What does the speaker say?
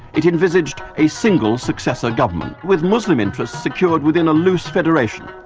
it envisaged a single successor government with muslim interests secured within a loose federation.